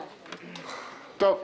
טוב.